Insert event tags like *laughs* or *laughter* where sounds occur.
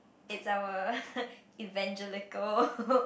it's our *laughs* evangelical *laughs*